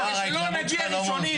כדי שלא נגיע ראשונים,